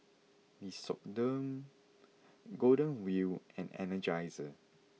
Nixoderm Golden Wheel and Energizer